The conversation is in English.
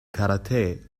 karate